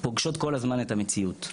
פוגשות כל הזמן את המציאות.